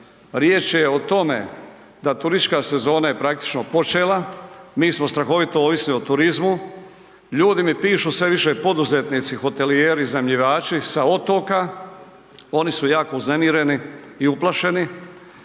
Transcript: Riječ je o tome da turistička sezona je praktično počela, mi smo strahovito ovisni o turizmu, ljudi mi pišu sve više poduzetnici, hotelijeri, iznajmljivači sa otoka, oni su jako uznemireni i uplašeni,